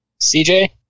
CJ